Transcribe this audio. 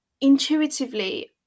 intuitively